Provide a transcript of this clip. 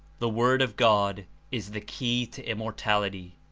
the word of god is the key to immortality.